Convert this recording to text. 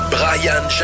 Brian